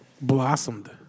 blossomed